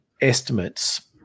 estimates